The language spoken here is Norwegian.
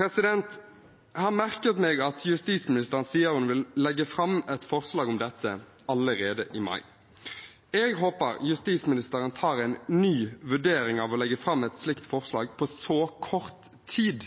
Jeg har merket meg at justisministeren sier hun vil legge fram et forslag om dette allerede i mai. Jeg håper justisministeren tar en ny vurdering av å legge fram et slikt forslag på så kort tid.